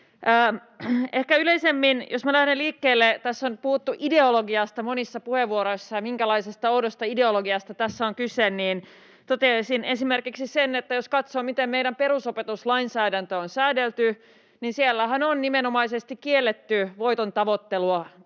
seisovat. Jospa lähden liikkeelle yleisemmin: Tässä on puhuttu ideologiasta monissa puheenvuoroissa ja siitä, minkälaisesta oudosta ideologiasta tässä on kyse. Toteaisin esimerkiksi sen, että jos katsoo, miten meidän perusopetuslainsäädäntö on säädelty, niin siellähän on nimenomaisesti kielletty voitontavoittelu